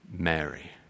Mary